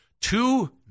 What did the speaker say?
two